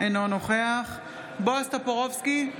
אינו נוכח בועז טופורובסקי,